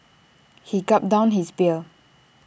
he gulped down his beer